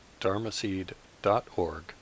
dharmaseed.org